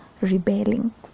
rebelling